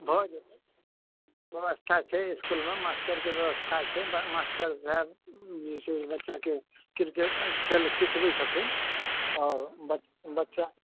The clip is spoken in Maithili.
भऽ जेतै व्यवस्था छै इसकूलमे मास्टरके व्यवस्था छै मास्टर साहेब जे छै बच्चाके क्रिकेट खेल सिखबैत छथिन आओर बच बच्चा